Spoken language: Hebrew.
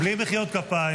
בלי מחיאות כפיים.